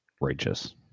righteous